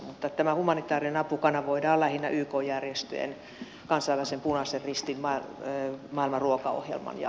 mutta tämä humanitaarinen apu kanavoidaan lähinnä ykn järjestöjen kansainvälisen punaisen ristin maailman ruokaohjelman ja